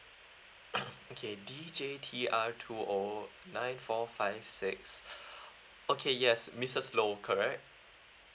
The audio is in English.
okay D J T R two O nine four five six okay yes missus low correct